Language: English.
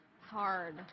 Hard